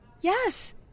Yes